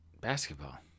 Basketball